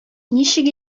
ничек